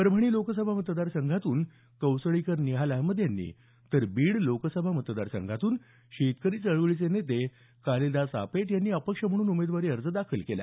परभणी लोकसभा मतदारसंघातून कौसडीकर निहाल अहमद यांनी तर बीड लोकसभा मतदारसंघात शेतकरी चळवळीचे नेते कालिदास आपेट यांनी अपक्ष म्हणून उमेदवारी अर्ज दाखल केला